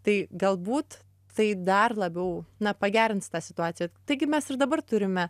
tai galbūt tai dar labiau na pagerins tą situaciją taigi mes ir dabar turime